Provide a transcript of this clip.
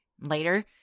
Later